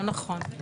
לא נכון.